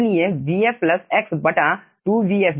इसलिए vf plus x 2vfg